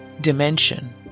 dimension